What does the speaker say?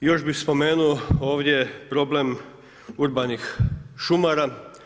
Još bih spomenuo ovdje problem urbanih šumara.